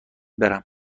برم